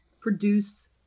produce